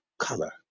color